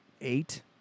eight